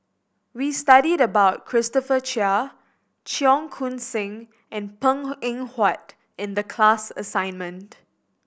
we studied about Christopher Chia Cheong Koon Seng and Png Eng Huat in the class assignment